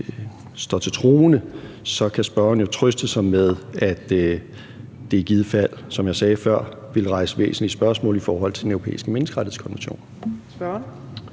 står til troende, kan spørgeren jo trøste sig med, at det i givet fald, som jeg sagde før, ville rejse væsentlige spørgsmål i forhold til Den Europæiske Menneskerettighedskonvention. Kl.